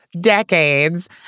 decades